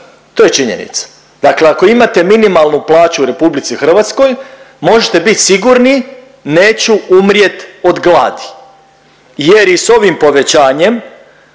to je činjenica. Dakle, ako imate minimalnu plaću u RH možete bit sigurni neću umrijet od gladi jer i s ovim povećanjem